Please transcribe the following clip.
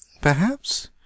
Perhaps